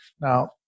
Now